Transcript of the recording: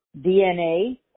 DNA